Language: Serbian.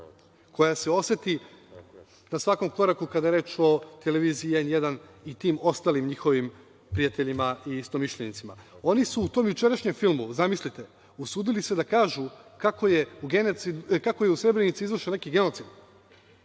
koja se oseti na svakom koraku kada je reč o Televiziji N1 i tim ostalim njihovim prijateljima i istomišljenicima. Oni su u tom jučerašnjem filmu, zamislite, usudili se da kažu kako je u Srebrenici izvršen neki genocid.